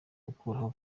gukuraho